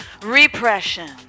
repression